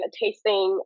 tasting